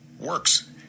works